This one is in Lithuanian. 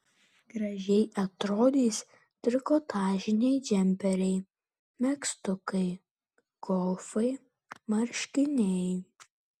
gražiai atrodys trikotažiniai džemperiai megztukai golfai marškiniai